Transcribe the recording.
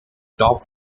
top